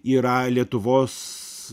yra lietuvos